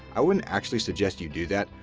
i wouldn't actually suggest you do that,